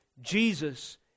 Jesus